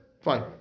Fine